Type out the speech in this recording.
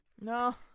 No